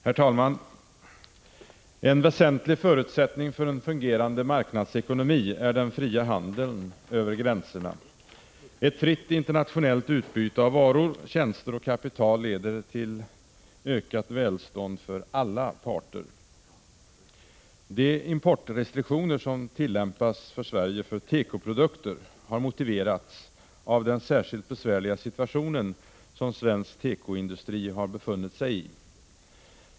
Herr talman! En väsentlig förutsättning för en fungerande marknadsekonomi är den fria handeln över gränserna. Ett fritt internationellt utbyte av varor, tjänster och kapital leder till ökat välstånd för alla parter. De importrestriktioner som tillämpas för Sverige för tekoprodukter har motiverats av den särskilt besvärliga situation som svensk tekoindustri har befunnit sig i.